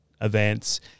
events